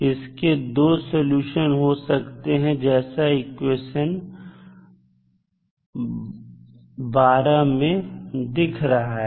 इसके दो सॉल्यूशन हो सकते हैं जैसा इक्वेशन 12 मैं दिख रहा है